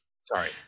sorry